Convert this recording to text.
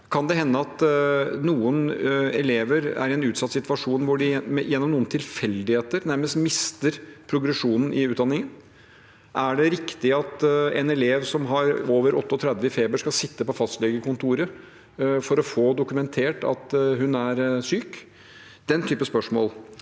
Kan det hende at noen elever er i en utsatt situasjon hvor de gjennom noen tilfeldigheter nærmest mister progresjonen i utdanningen? Er det riktig at en elev som har over 38 grader i feber, skal sitte på fastlegekontoret for å få dokumentert at hun er syk? Det er den type spørsmål.